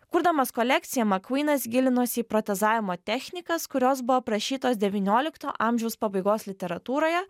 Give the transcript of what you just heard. kurdamas kolekciją makvynas gilinosi į protezavimo technikas kurios buvo aprašytos devyniolikto amžiaus pabaigos literatūroje